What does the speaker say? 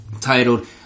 Titled